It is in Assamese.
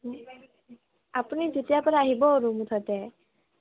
আপুনি যেতিয়া পাৰে আহিব আৰু মুঠতে